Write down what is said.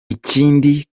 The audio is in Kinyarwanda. ikindi